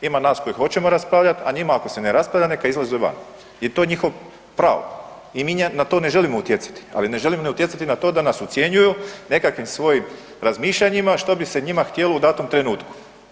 Ima nas koji hoćemo raspravljat, a njima ako se ne raspravlja neka izlaze van i to je njihovo pravo i mi na to ne želimo utjecati, ali ne želimo ni utjecati na to da nas ucjenjuju nekakvim svojim razmišljanjima što bi se njima htjelo u datom trenutku.